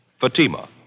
Fatima